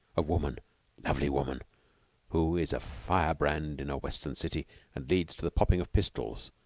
of woman lovely woman who is a firebrand in a western city and leads to the popping of pistols,